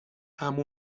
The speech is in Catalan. amb